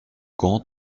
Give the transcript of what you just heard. grand